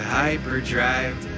hyperdrive